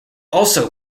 also